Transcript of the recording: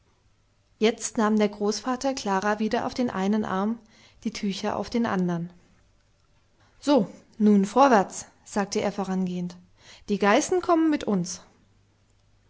jetzt nahm der großvater klara wieder auf den einen arm die tücher auf den andern so nun vorwärts sagte er vorangehend die geißen kommen mit uns